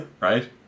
Right